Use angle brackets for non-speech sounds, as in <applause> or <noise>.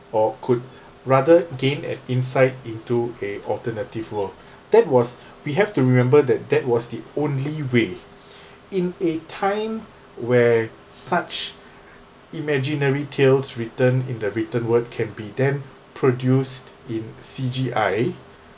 or could rather gain an insight into a alternative world <breath> that was <breath> we have to remember that that was the only way <breath> in a time where such imaginary tales written in the written word can be then produced in C_G_I